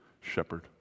shepherd